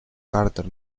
carter